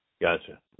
Gotcha